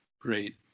great